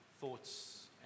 thoughts